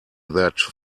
that